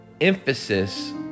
emphasis